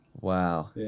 Wow